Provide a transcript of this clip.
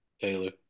Taylor